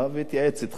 התייעץ אתך,